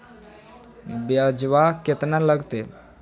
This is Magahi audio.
ब्यजवा केतना लगते?